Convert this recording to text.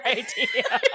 idea